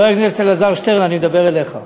חבר הכנסת שטרן, אני מדבר אליך,